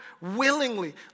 willingly